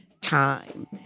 time